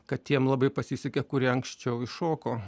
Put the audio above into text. kad tiem labai pasisekė kurie anksčiau įšoko